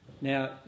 Now